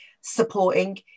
supporting